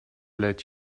let